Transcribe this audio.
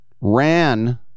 ran